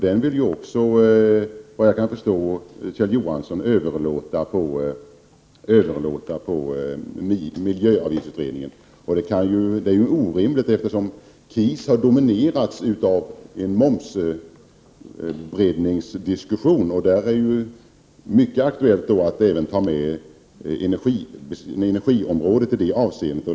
Den vill Kjell Johansson, vad jag kan förstå, också överlåta på miljöavgiftsutredningen. Det är orimligt, eftersom KIS har dominerats av en momsbreddningsdiskussion. I det avseendet är det mycket aktuellt att även ta med energiområdet.